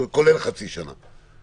כולל חצי שנה.